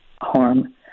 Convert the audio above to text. harm